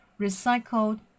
recycled